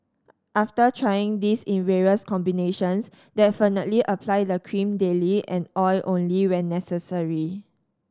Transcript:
after trying this in various combinations definitely apply the cream daily and oil only when necessary